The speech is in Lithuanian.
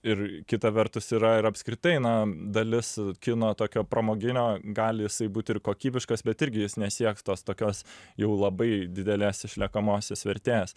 ir kita vertus yra ir apskritai na dalis kino tokio pramoginio gali būti ir kokybiškas bet irgi jis nesieks tos tokios jau labai didelės išliekamosios vertės